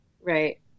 right